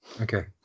okay